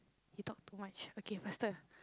you talk too much okay faster